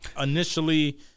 initially